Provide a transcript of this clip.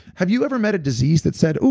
have you ever met a disease that said,